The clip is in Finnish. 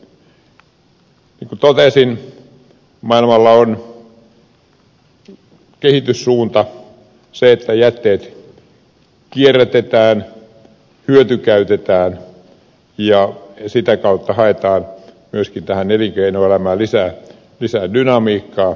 niin kuin totesin maailmalla on kehityssuunta se että jätteet kierrätetään hyötykäytetään ja sitä kautta haetaan myöskin elinkeinoelämään lisää dynamiikkaa